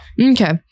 Okay